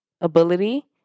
ability